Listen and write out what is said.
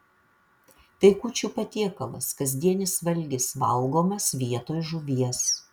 tai kūčių patiekalas kasdienis valgis valgomas vietoj žuvies